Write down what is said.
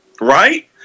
right